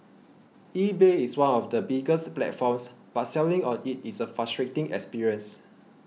eBay is one of the biggest platforms but selling on it is a frustrating experience